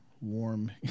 warm